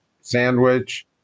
sandwich